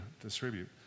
distribute